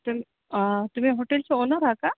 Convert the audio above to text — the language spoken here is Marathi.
तुम्ही हॉटेलचे ओनर आहा का